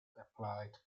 applied